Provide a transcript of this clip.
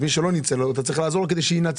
מי שלא ניצל, אתה צריך לעזור לו כדי שינצל.